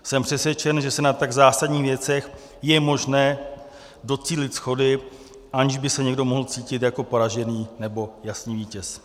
Jsem přesvědčen, že se na tak zásadních věcech je možné docílit shody, aniž by se někdo mohl cítit jako poražený, nebo jasný vítěz.